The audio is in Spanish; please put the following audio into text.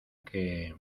que